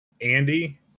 andy